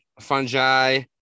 fungi